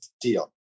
deal